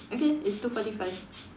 okay it's two forty five